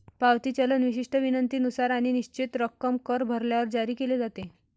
पावती चलन विशिष्ट विनंतीनुसार आणि निश्चित रक्कम कर भरल्यावर जारी केले जाते